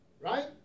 right